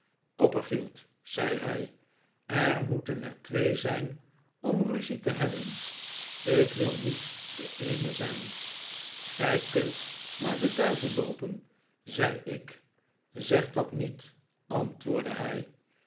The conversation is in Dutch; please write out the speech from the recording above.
copperfield zei hij er moeten er twee zijn om ruzie te hebben ik wil niet de eene zijn gij kunt naar den duivel loopen zei ik zeg dat niet antwoordde hij